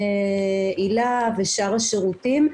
היל"ה ושאר השירותים,